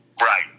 Right